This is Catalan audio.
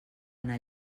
anar